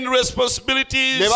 responsibilities